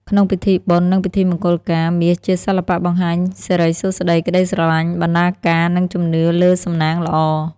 ក្នុងពិធីបុណ្យនឹងពិធីមង្គលការ មាសជាសិល្បៈបង្ហាញសិរីសួស្តី ក្តីស្រឡាញ់ បណ្តាការ និងជំនឿលើសំណាងល្អ។